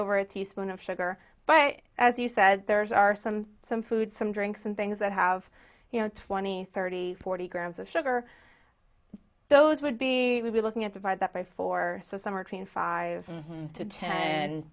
over a teaspoon of sugar but as you said there's are some some food some drinks and things that have you know twenty thirty forty grams of sugar those would be would be looking at divide that by four so some are trained five to ten